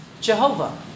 Jehovah